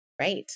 right